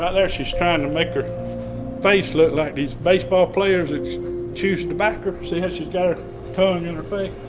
ah there she's trying to make her face look like these baseball players that chews tobacco. see how she's got her tongue in her face?